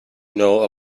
know